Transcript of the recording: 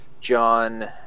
John